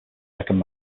second